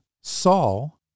Saul